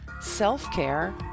self-care